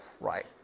right